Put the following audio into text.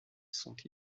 sont